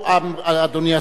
אדוני השר כץ,